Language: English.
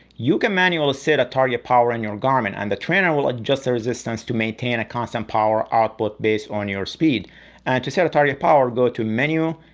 you manually set a target power in your garmin and the trainer will adjust the resistance to maintain a constant power output based on your speed. and to set a target power go to menu,